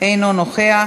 אינו נוכח,